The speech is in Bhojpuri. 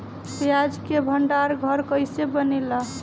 प्याज के भंडार घर कईसे बनेला?